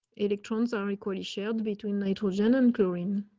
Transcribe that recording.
electrons are equally shared between nitrogen and green.